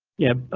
yeah,